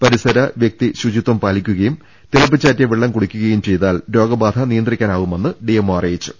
പരിസര വൃക്തി ശുചിത്വം പാലിക്കുകയും തിളപ്പിച്ചാറ്റിയ വെള്ളം കൂടിക്കുകയും ചെയ്താൽ രോഗബാധ നിയന്ത്രിക്കാനാവുമെന്ന് ഡിഎംഒ പറഞ്ഞു